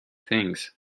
things